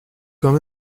quand